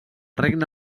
regne